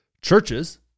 churches